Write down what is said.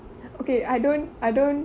okay I don't I don't